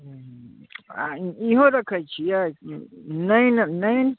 आओर इहो रखै छियै नैन नैन